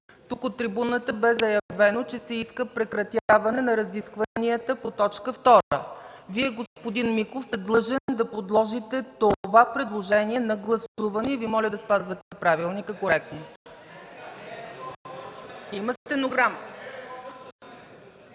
Тук, от трибуната, бе заявено, че се иска прекратяване на разискванията по точка 2. Вие, господин Миков, сте длъжен да подложите това предложение на гласуване и Ви моля да спазвате правилника коректно. (Реплики